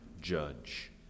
judge